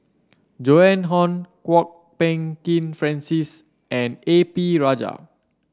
Joan Hon Kwok Peng Kin Francis and A P Rajah